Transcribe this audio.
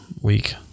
week